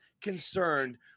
concerned